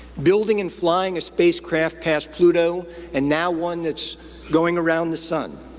building and flying a spacecraft past pluto and now one that's going around the sun,